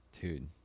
Dude